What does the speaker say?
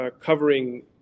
covering